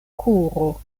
kuro